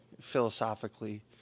philosophically